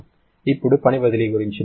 ఇప్పుడు పని బదిలీ గురించి ఏమిటి